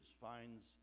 finds